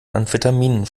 amphetaminen